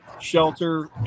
shelter